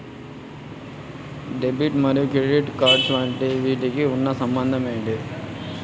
Debit మరియు credit cards వీటికి ఉన్న సంబంధం ఏంటి?